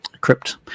Crypt